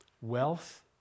Wealth